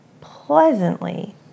pleasantly